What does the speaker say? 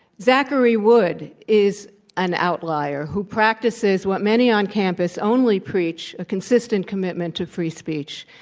zachary wood is an outlier who practices what many on campus only preach, a consistent commitment to free speech.